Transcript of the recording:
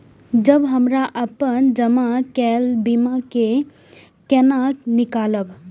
जब हमरा अपन जमा केल बीमा के केना निकालब?